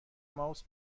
ماوس